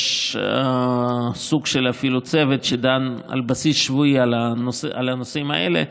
יש אפילו סוג של צוות שדן על בסיס שבועי בנושאים האלה,